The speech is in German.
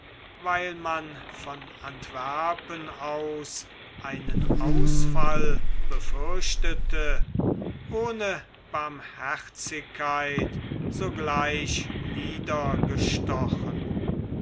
weil man von antwerpen aus einen ausfall befürchtete ohne barmherzigkeit sogleich